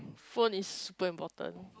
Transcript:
phone is super important